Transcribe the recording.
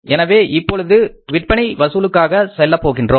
எனவே நாம் இப்பொழுது விற்பனை வசூலுக்காக செல்லப் போகின்றோம்